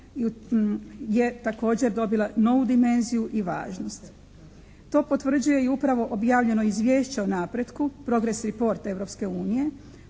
je također dobila novu dimenziju i važnost. To potvrđuje i upravo objavljeno Izvješće o napretku, "Progress report"